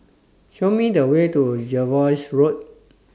Show Me The Way to Jervois Road